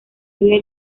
había